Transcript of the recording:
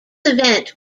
event